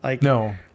No